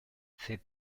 fait